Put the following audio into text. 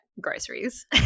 groceries